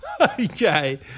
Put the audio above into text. Okay